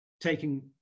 taking